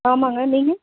ஆமாம்ங்க நீங்கள்